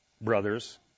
brothers